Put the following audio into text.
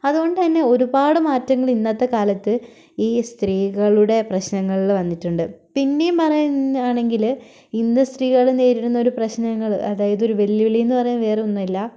അതുകൊണ്ട് തന്നെ ഒരുപാട് മാറ്റങ്ങൾ ഇന്നത്തെ കാലത്ത് ഈ സ്ത്രീകളുടെ പ്രശ്നങ്ങളിൽ വന്നിട്ടുണ്ട് പിന്നേയും പറയുന്നത് ആണെങ്കിൽ ഇന്ന് സ്ത്രീകൾ നേരിടുന്ന ഒരു പ്രശ്നങ്ങൾ അതായത് ഒരു വെല്ലുവിളിയെന്ന് പറയാൻ വേറെയൊന്നുമല്ല